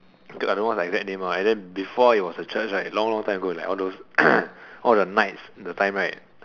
okay I don't know what's the exact name lah and then before it was a church right long long time ago like all those all the knights the time right